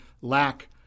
lack